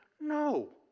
No